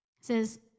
says